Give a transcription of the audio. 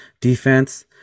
defense